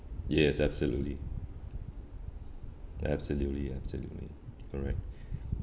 yes absolutely absolutely absolutely correct